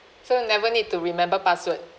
so never need to remember password